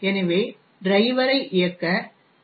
எனவே டிரைவரை ஐ இயக்க ஜி